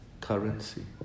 currency